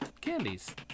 Candies